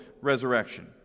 resurrection